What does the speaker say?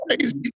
crazy